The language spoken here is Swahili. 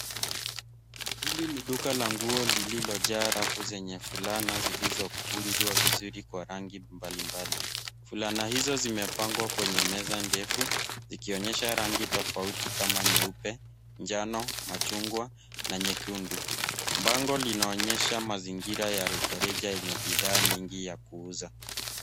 Hili ni duka la nguo lililojaa rafu zenye fulana zilizokunjwa vizuri kwa rangi mbalimbali. Fulana hizo zimepangwa kwenye meza ndefu zikionyesha rangi tofauti kama nyeupe, njano, machungwa na nyekundu. Bango linaonyesha mazingira ya rejareja yenye bidhaa nyingi ya kuuza.